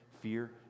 fear